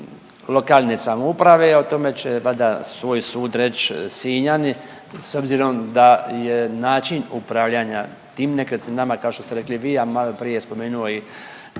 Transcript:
lokalne samouprave o tome će valjda svoj sud reći Sinjani s obzirom da je način upravljanja tim nekretninama kao što ste rekli vi, a malo prije je spomenuo i